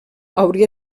hauria